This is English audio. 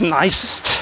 nicest